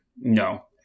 No